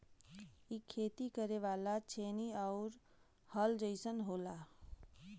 इ खेती करे वाला छेनी आउर हल जइसन होला